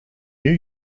new